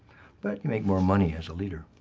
but you make more money as a leader.